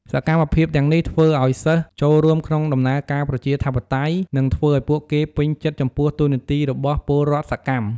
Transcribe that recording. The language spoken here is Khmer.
សកម្មភាពទាំងនេះធ្វើឱ្យសិស្សចូលរួមក្នុងដំណើរការប្រជាធិបតេយ្យ និងធ្វើឱ្យពួកគេពេញចិត្តចំពោះតួនាទីរបស់ពលរដ្ឋសកម្ម។